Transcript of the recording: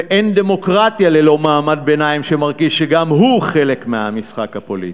ואין דמוקרטיה ללא מעמד ביניים שמרגיש שגם הוא חלק מהמשחק הפוליטי.